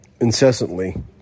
incessantly